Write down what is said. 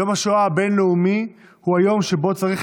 יום השואה הבין-לאומי הוא היום שבו צריך